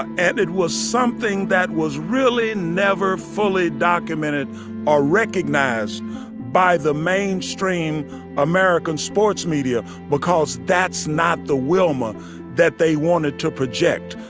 and it was something that was really never fully documented or recognized by the mainstream american sports media because that's not the wilma that they wanted to project,